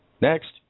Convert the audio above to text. next